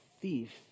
thief